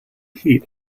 heat